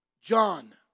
John